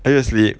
are you asleep